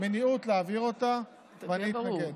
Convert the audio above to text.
מניעות להעביר אותה, ואני אתנגד.